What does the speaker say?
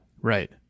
right